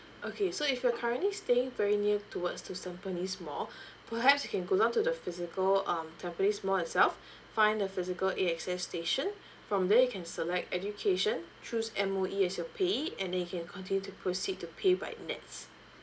okay so if you're currently staying very near towards mall perhaps you can go down to the physical um mall itself find the physical A_X_S station from there you can select education choose M_O_E as your payee and then you can continue to proceed to pay by NETS